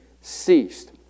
ceased